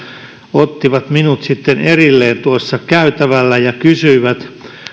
ottivat minut sitten erilleen tuossa käytävällä ja kysyivät